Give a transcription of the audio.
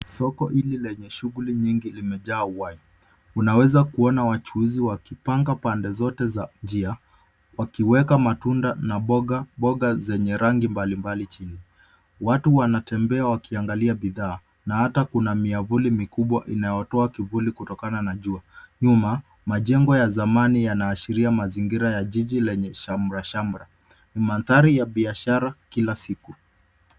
Soko hili lenye shughuli nyingi limejaa uhai, unaweza kuona wachuuzi wakipanga pande zote za njia wakiweka matunda na boga zenye rangi mbalimbali chini. Watu wanatembea wakiangalia bidhaa na hata kuna miavuli mikubwa inayotoa kivuli kutokana na jua, nyuma majengo ya zamani yana ashria mazingira ya jiji yenye shamra shamra . Ni mandhari ya biashara ya kila siku.